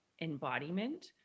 embodiment